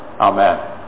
Amen